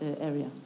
Area